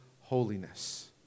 holiness